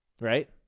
right